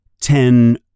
Ten